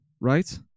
right